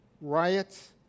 riots